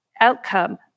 outcome